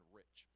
rich